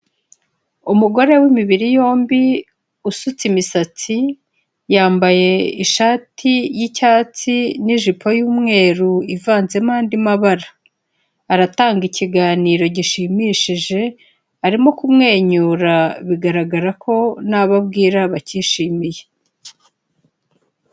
Umugore w'imibiri yombi usutse imisatsi, yambaye ishati y'icyatsi n'ijipo y'umweru ivanzemo andi mabara, aratanga ikiganiro gishimishije arimo kumwenyura, bigaragara ko n'abo abwira bakishimiye.